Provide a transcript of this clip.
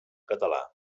català